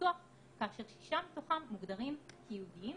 הפיצוח כאשר שישה מתוכם מוגדרים כייעודיים,